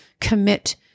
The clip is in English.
Commit